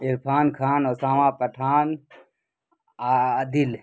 Irfan Khan Usama Pathan Adil